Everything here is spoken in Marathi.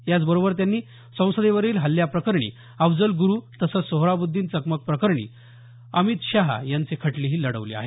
याबरोबरच त्यांनी संसदेवरील हल्ल्याप्रकरणी अफझल गुरू तसंच सोहराबुद्दीन चकमक प्रकरणी अमित शहा यांचे खटलेही लढवले आहेत